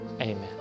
Amen